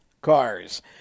cars